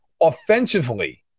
Offensively